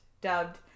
dubbed